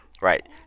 Right